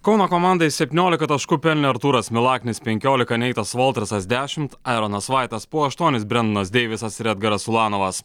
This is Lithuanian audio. kauno komandai septyniolika taškų pelnė artūras milaknis penkiolika neitas voltersas dešimt aeronas vaitas po aštuonis brensonas deivisas ir edgaras sulanovas